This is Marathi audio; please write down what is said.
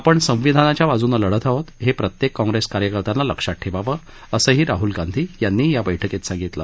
आपण संविधानाच्या बाजूने लढत आहोत हे प्रत्येक काँग्रेस कार्यकर्त्यांने लक्षात ठेवावं असंही राहल गांधी यांनी या बैठकीत सांगितलं